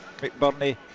McBurney